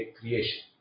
creation